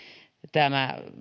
tämä